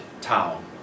town